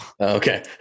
Okay